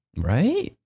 Right